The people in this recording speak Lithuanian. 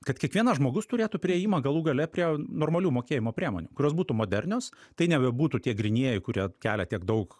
kad kiekvienas žmogus turėtų priėjimą galų gale prie normalių mokėjimo priemonių kurios būtų modernios tai nebebūtų tie grynieji kurie kelia tiek daug